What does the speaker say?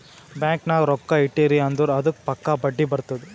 bank ನಾಗ್ ರೊಕ್ಕಾ ಇಟ್ಟಿರಿ ಅಂದುರ್ ಅದ್ದುಕ್ ಪಕ್ಕಾ ಬಡ್ಡಿ ಬರ್ತುದ್